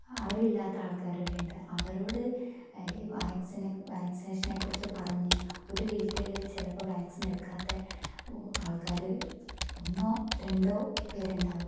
അറിവില്ലാത്ത ആൾക്കാരിവിടെയുണ്ട് അവരോട് വാക്സിനെ വാക്സിനേഷനെക്കുറിച്ച് പറഞ്ഞു ഒരു വീട്ടില് ചിലപ്പോൾ വാക്സിൻ എടുക്കാത്ത ആൾക്കാര് ഒന്നോ രണ്ടോ പേര് ഉണ്ടാകും